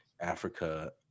Africa